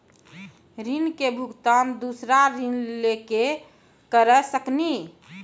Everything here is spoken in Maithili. ऋण के भुगतान दूसरा ऋण लेके करऽ सकनी?